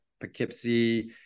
Poughkeepsie